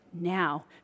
now